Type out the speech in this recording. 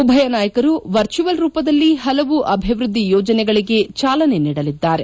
ಉಭಯ ನಾಯಕರು ವರ್ಚುಯಲ್ ರೂಪದಲ್ಲಿ ಪಲವು ಅಭಿವ್ದದ್ದಿ ಯೋಜನೆಗಳಿಗೆ ಜಾಲನೆ ನೀಡಲಿದ್ದಾರೆ